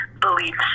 beliefs